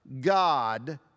God